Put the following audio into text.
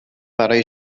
برای